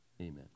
amen